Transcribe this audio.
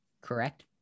Correct